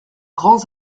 grands